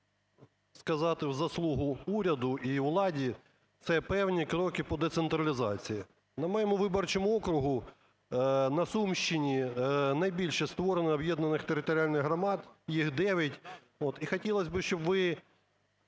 сказати в заслугу уряду і владі – це певні кроки по децентралізації. На моєму виборчому окрузі на Сумщині найбільше створено об'єднаних територіальних громад, їх 9, от, і хотілось би, щоб ви